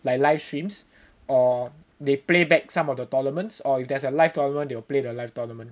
like live streams or they play back some of the tournaments or if there's a live tournament they will play the live tournament